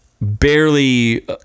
barely